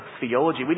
theology